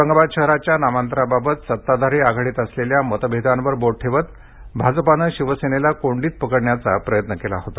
औरंगाबाद शहराच्या नामांतराबाबत सत्ताधारी आघाडीत असलेल्या मतभेदांवर बोट ठेवत भाजपानं शिवसेनेला कोंडित पकडण्याचा प्रयत्न केला होता